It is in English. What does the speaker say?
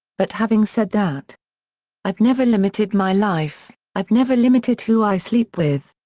but having said that i've never limited my life, i've never limited who i sleep with.